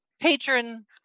patron